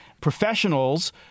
professionals